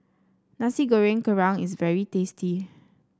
Nasi Goreng Kerang is very tasty